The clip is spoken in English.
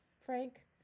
Frank